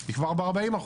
היא כבר ב-40%